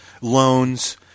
loans